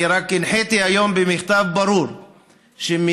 אני הנחיתי רק היום במכתב ברור שמירושלים